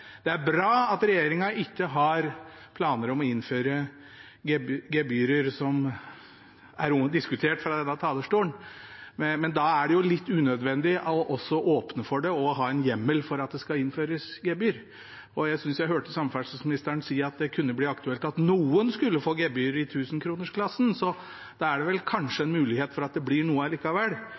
Det er bra at regjeringen ikke har planer om å innføre gebyrer som er diskutert fra denne talerstolen. Da er det litt unødvendig av oss å åpne for å ha en hjemmel for at det skal innføres gebyr. Jeg syntes jeg hørte samferdselsministeren si at det kunne bli aktuelt at noen kunne få gebyr i tusenkronersklassen. Da er det kanskje en mulighet for at det blir noe